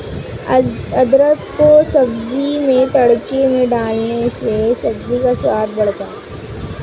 अदरक को सब्जी में तड़के में डालने से सब्जी का स्वाद बढ़ जाता है